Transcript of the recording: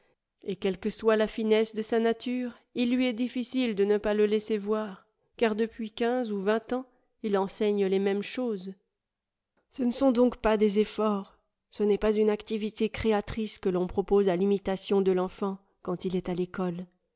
et quelle que soit la finesse de sa nature il lui est difficile de ne pas le laisser voir car depuis quinze ou vingt ans il enseigne les mêmes choses ce ne sont donc pas des ejforts ce n'est pas une activité créatrice que l'on propose à l'imitation de l'enfant quand il est à l'école